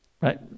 Right